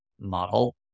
model